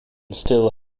still